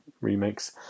remakes